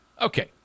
Okay